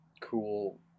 cool